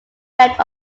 red